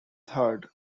third